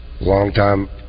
longtime